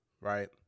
right